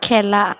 খেলা